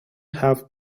have